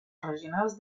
regionals